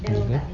ya